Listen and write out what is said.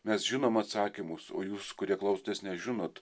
mes žinom atsakymus o jūs kurie klausotės nežinot